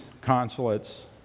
consulates